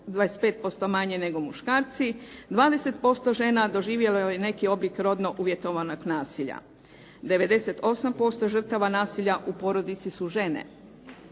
25% manje nego muškarci. 20% žena doživjelo je neki oblik rodno uvjetovanog nasilja. 98% žrtava nasilja u porodici su žene.